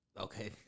Okay